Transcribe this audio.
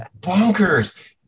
bonkers